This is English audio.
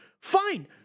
fine